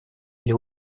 для